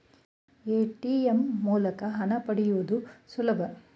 ATM ಮೂಲಕ ಹಣ ಪಡೆಯುವುದು ಸುಲಭ